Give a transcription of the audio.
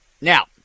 Now